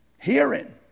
Hearing